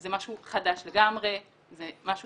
זה משהו חדש לגמרי, זה משהו